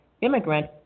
immigrant